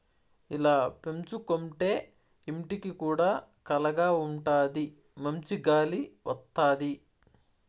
ఇలా పెంచుకోంటే ఇంటికి కూడా కళగా ఉంటాది మంచి గాలి వత్తది